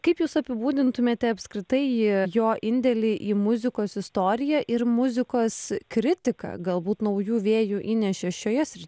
kaip jūs apibūdintumėte apskritai jo indėlį į muzikos istoriją ir muzikos kritiką galbūt naujų vėjų įnešė šioje srityje